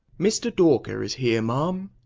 mr. dawker is here, ma'am,